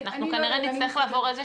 כנראה נצטרך לעבור איזה